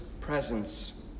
presence